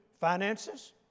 finances